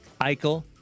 Eichel